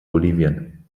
bolivien